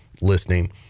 listening